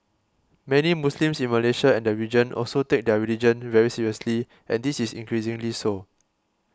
many Muslims in Malaysia and the region also take their religion very seriously and this is increasingly so